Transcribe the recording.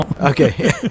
Okay